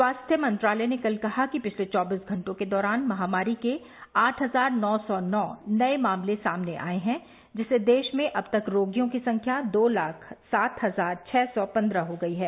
स्वास्थ्य मंत्रालय ने कल कहा कि पिछले चौबीस घंटों के दौरान महामारी के आठ हजार नौ सौ नौ नए मामले सामने आए हैं जिससे देश में अब तक रोगियों की संख्या दो लाख सात हजार छः सौ पंद्रह हो गई है